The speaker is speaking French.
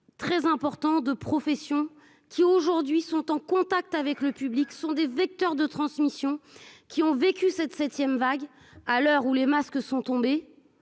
très important de profession qui aujourd'hui sont en contact avec le public sont des vecteurs de transmission qui ont vécu cette 7ème vague à l'heure où les masques sont tombés,